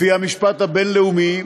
לפי המשפט הבין-לאומי,